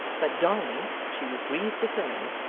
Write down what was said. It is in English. that dolly, she was grieved to say,